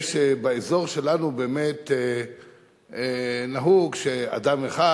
באזור שלנו נהוג שאדם אחד,